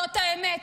זאת האמת.